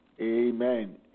Amen